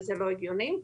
דבר שהוא לא הגיוני.